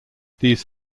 these